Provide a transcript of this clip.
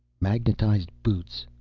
magnetized boots,